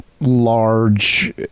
large